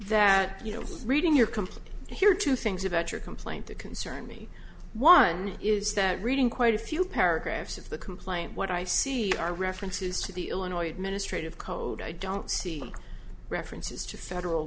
that you know reading your complaint here two things about your complaint that concern me one is that reading quite a few paragraphs of the complaint what i see are references to the illinois administrative code i don't see references to federal